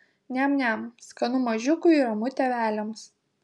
niam niam skanu mažiukui ramu tėveliams